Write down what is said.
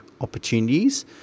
opportunities